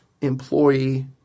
employee